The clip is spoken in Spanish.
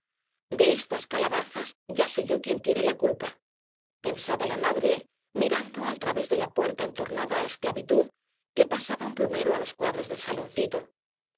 de estas calabazas ya sé yo quién tiene la culpa pensaba la madre mirando al través de la puerta entornada á esclavitud que pasaba un plumero á los cuadros del saloncito